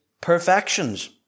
perfections